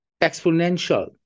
exponential